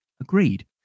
Agreed